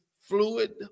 fluid